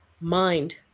Mind